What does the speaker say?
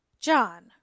john